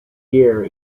year